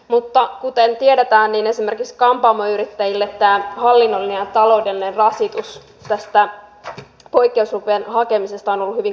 mutta kuten tiedetään esimerkiksi kampaamoyrittäjille tämä hallinnollinen ja taloudellinen rasitus tästä poikkeuslupien hakemisesta on ollut hyvin kohtuuton